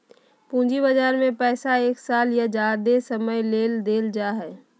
पूंजी बजार में पैसा एक साल या ज्यादे समय ले देल जाय हइ